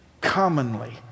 commonly